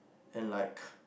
and like